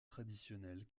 traditionnels